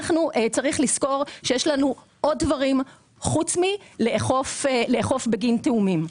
צריך לזכור שיש לנו עוד דברים חוץ מאשר לאכוף בגין תיאומים,